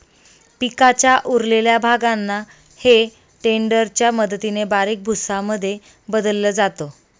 पिकाच्या उरलेल्या भागांना हे टेडर च्या मदतीने बारीक भुसा मध्ये बदलल जात